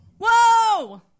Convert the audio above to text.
Whoa